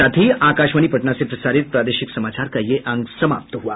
इसके साथ ही आकाशवाणी पटना से प्रसारित प्रादेशिक समाचार का ये अंक समाप्त हुआ